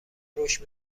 رشد